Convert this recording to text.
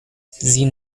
sie